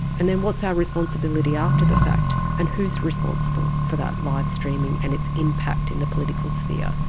and then what is our responsibility after the fact and who is responsible for that live streaming and its impact in the political sphere?